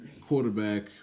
quarterback